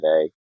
today